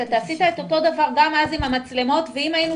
אתה עשית את אותו דבר אז עם המצלמות ואם היינו